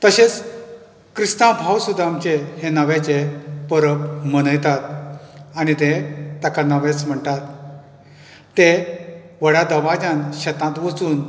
तशेच क्रिस्तांव भाव सुद्दां आमचें हें नव्याचें परब मनयतात आनी ते ताका नवेंच म्हणटात ते व्हडा दबाज्यान शेतांत वचून